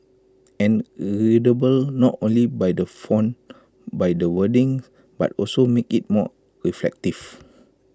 and readable not only by the font by the wordings but also make IT more reflective